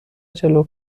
جلو